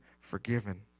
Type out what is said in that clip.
forgiven